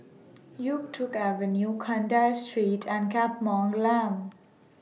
Yuk Tong Avenue Kandahar Street and Glam